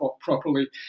properly